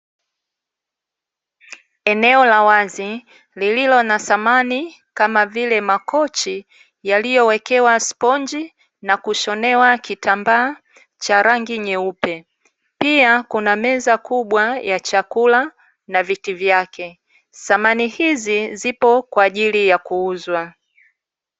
Eneo la wazi lililo na samani kama vile, makochi yaliyowekewa sponji, na kushonewa kitambaa cha rangi nyeupe. Pia kuna meza kubwa ya chakula na viti vyake. Samani hizi zipo kwa ajili ya kuuzwa.